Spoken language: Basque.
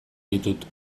ditut